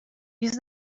use